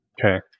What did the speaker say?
Okay